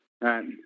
right